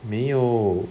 没有